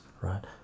right